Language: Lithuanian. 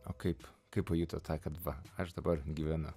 o kaip kaip pajutot tą kad va aš dabar gyvenu